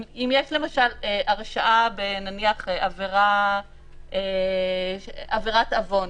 אם יש למשל הרשעה נניח בעבירת עוון,